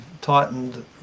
tightened